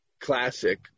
classic